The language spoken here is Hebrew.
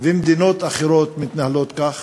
ומדינות אחרות מתנהלות כך?